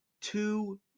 two